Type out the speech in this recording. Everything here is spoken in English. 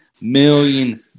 million